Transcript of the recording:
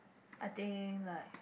I think like